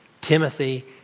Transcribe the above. timothy